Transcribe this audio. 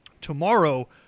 Tomorrow